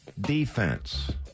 defense